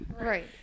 Right